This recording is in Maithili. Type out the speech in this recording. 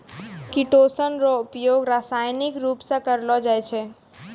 किटोसन रो उपयोग रासायनिक रुप से करलो जाय छै